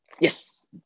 Yes